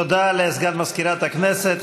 תודה לסגן מזכירת הכנסת.